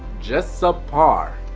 just sub par.